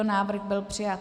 Návrh byl přijat.